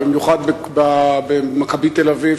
ובמיוחד ב"מכבי תל-אביב",